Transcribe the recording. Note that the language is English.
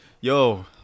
yo